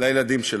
לילדים שלהם.